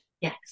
yes